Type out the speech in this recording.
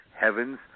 heavens